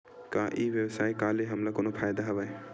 का ई व्यवसाय का ले हमला कोनो फ़ायदा हवय?